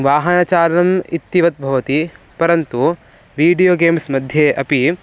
वाहनचालनम् इत्तिवत् भवति परन्तु वीडियो गेम्स् मध्ये अपि